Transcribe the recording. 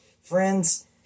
Friends